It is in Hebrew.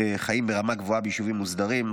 חיים ברמה גבוהה ביישובים מוסדרים,